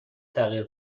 تغییر